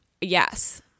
Yes